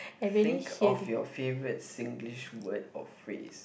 think of your favorite Singlish word or phrase